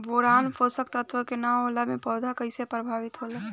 Boron पोषक तत्व के न होला से पौधा कईसे प्रभावित होला?